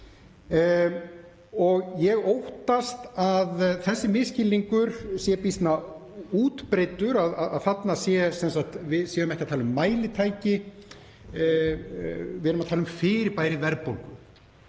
og ég óttast að þessi misskilningur sé býsna útbreiddur, að við séum ekki að tala um mælitæki. Við erum að tala um fyrirbærið verðbólgu.